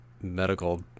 medical